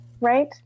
right